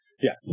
Yes